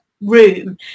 room